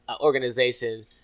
organization